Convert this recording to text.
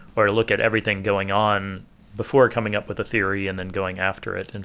or look at everything going on before coming up with a theory and then going after it. and